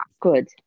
Good